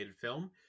film